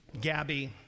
Gabby